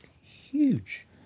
huge